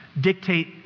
dictate